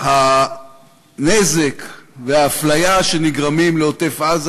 הנזק והאפליה שנגרמים לעוטף-עזה,